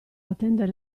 attendere